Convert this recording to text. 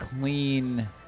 clean